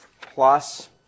plus